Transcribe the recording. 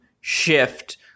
shift